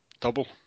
Double